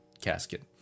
casket